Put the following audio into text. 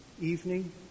evening